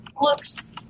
looks